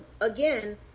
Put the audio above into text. again